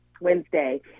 Wednesday